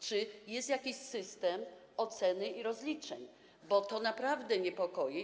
Czy jest jakiś system oceny i rozliczeń, bo to naprawdę niepokoi.